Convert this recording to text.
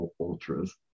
ultras